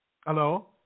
Hello